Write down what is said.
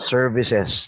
Services